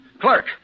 Clerk